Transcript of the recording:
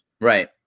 Right